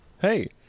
hey